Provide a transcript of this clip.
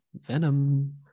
Venom